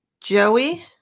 Joey